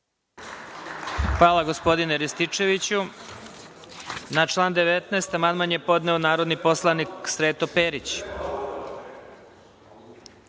Hvala, gospodine Rističeviću. Na član 19. amandman je podneo narodni poslanik Sreto Perić. Na